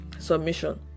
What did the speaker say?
submission